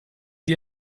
die